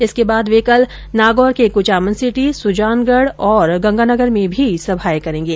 इसके बाद वे कल नागौर के कुचामन सिटी सुजानगढ़ गंगानगर में भी सभाएं करेंगे